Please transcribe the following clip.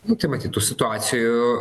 nu tai matyt tų situacijų